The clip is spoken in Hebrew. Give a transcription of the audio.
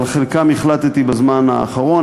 על חלקם החלטתי בזמן האחרון,